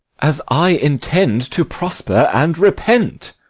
as i intend to prosper and repent!